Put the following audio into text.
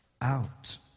out